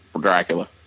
Dracula